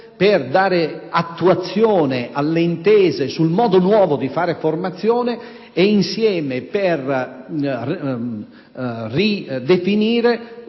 per dare attuazione alle intese sul modo nuovo di fare formazione e per ridefinire,